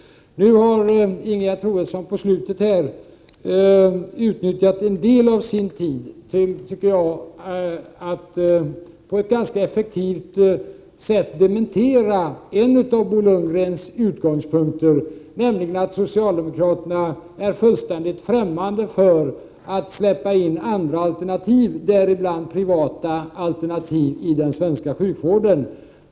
Nu har Ingegerd Troedsson på slutet här utnyttjat en del av sin taletid till att på ett ganska effektivt sätt dementera en av Bo Lundgrens utgångspunkter, nämligen att socialdemokraterna är fullständigt främmande för att släppa in andra alternativ, däribland privata alternativ, i den svenska sjukvården.